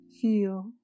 feel